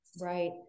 right